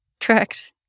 Correct